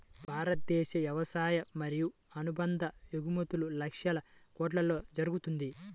భారతదేశ వ్యవసాయ మరియు అనుబంధ ఎగుమతులు లక్షల కొట్లలో జరుగుతుంది